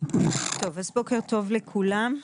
בוקר טוב לכולם.